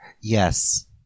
Yes